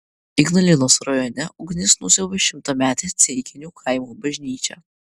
ignalinos rajone ugnis nusiaubė šimtametę ceikinių kaimo bažnyčią